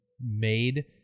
made